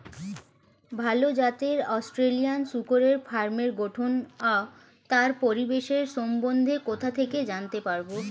ভাল জাতের অস্ট্রেলিয়ান শূকরের ফার্মের গঠন ও তার পরিবেশের সম্বন্ধে কোথা থেকে জানতে পারবো?